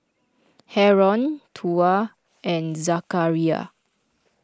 Haron Tuah and Zakaria